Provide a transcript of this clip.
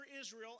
Israel